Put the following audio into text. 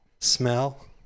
Smell